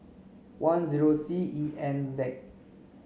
one zero C E N Z